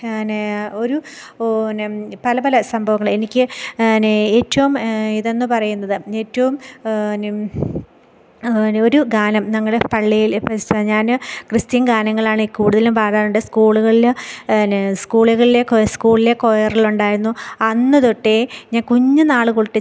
പിന്നെ ഒരു പിന്നെ പല പല സംഭവങ്ങൾ എനിക്ക് പിന്നെ ഏറ്റവും ഇതെന്ന് പറയുന്നത് ഏറ്റവും പിന്നെ ഒരു ഗാനം ഞങ്ങൾ പള്ളിയിൽ ക്രിസ്ത്യൻ ഞാൻ ക്രിസ്ത്യൻ ഗാനങ്ങളാണ് കൂടുതലും പാടാറുണ്ട് സ്കൂളുകളിൽ പിന്നെ സ്കൂളുകളിൽ സ്കൂളിലെ കൊയറിൽ ഉണ്ടായിരുന്നു അന്ന് തൊട്ടേ ഞാൻ കുഞ്ഞു നാൾ തൊട്ടേ